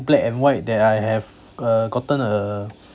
black and white that I have uh gotten a